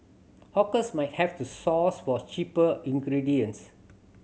hawkers might have to source for cheaper ingredients